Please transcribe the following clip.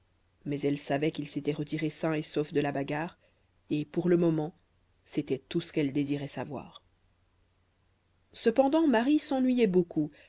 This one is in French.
mais elle savait qu'il s'était retiré sain et sauf de la bagarre et pour le moment c'était tout ce qu'elle désirait savoir cependant marie s'ennuyait beaucoup